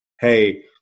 hey